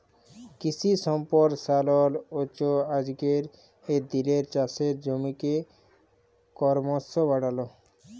কিশি সম্পরসারল হচ্যে আজকের দিলের চাষের জমিকে করমশ বাড়াল